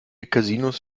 casinos